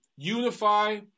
unify